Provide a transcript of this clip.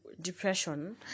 depression